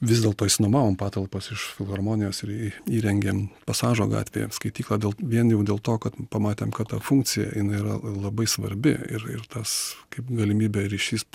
vis dėlto išsinuomavom patalpas iš filharmonijos ir įrengėm pasažo gatvėje skaityklą dėl vien jau dėl to kad pamatėm kad ta funkcija jinai yra labai svarbi ir ir tas kaip galimybė ryšys